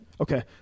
Okay